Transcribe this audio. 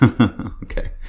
Okay